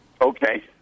Okay